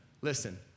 listen